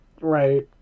Right